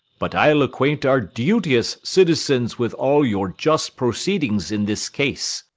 but i'll acquaint our duteous citizens with all your just proceedings in this case.